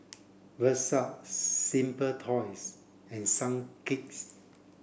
Versace Simple Toys and Sunquick